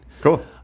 Cool